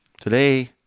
Today